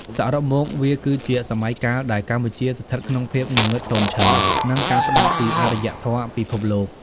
សរុបមក វាគឺជាសម័យកាលដែលកម្ពុជាស្ថិតក្នុងភាពងងឹតសូន្យឈឹង និងកាត់ផ្ដាច់ពីអារ្យធម៌ពិភពលោក។